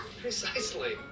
Precisely